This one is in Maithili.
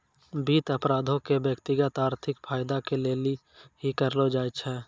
वित्त अपराधो के व्यक्तिगत आर्थिक फायदा के लेली ही करलो जाय छै